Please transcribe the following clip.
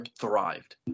thrived